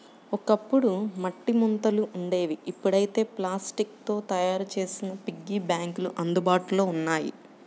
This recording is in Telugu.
ఒకప్పుడు మట్టి ముంతలు ఉండేవి ఇప్పుడైతే ప్లాస్టిక్ తో తయ్యారు చేసిన పిగ్గీ బ్యాంకులు అందుబాటులో ఉన్నాయి